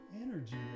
energy